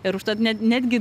ir užtat netgi